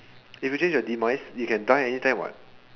if you change your demise you can die any time what